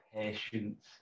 patience